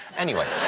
anyway.